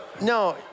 no